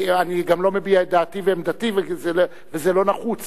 אני גם לא מביע את דעתי ועמדתי, וזה לא נחוץ,